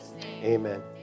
Amen